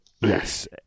Yes